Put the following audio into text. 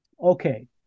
Okay